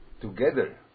together